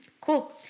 Cool